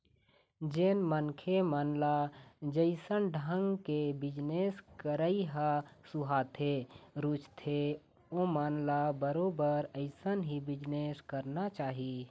जेन मनखे मन ल जइसन ढंग के बिजनेस करई ह सुहाथे, रुचथे ओमन ल बरोबर अइसन ही बिजनेस करना चाही